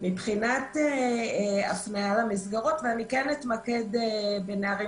מבחינת הפניה למסגרות ואני אתמקד בנערים